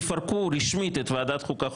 תפרקו רשמית את ועדת חוקה,